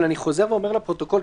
אבל אני חוזר ואומר לפרוטוקול,